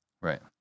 Right